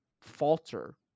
falter